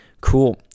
Cool